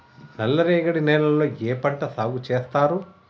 నల్లరేగడి నేలల్లో ఏ పంట సాగు చేస్తారు?